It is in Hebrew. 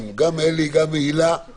אמרתי שאנחנו נדון בנושאים האלה בזמן